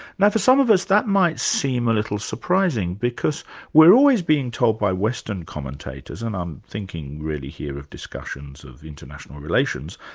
now for some of us, that might seem a little surprising, because we're always being told by western commentators, and i'm thinking really here of discussions of international relations,